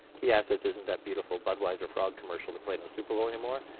key assets isn't that beautiful budweiser frog commercial they played on super bowl anymore.